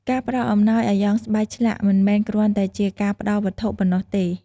ការផ្តល់អំណោយអាយ៉ងស្បែកឆ្លាក់ មិនមែនគ្រាន់តែជាការផ្តល់វត្ថុប៉ុណ្ណោះទេ។